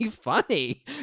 funny